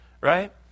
right